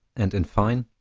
and, in fine,